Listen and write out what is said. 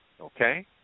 Okay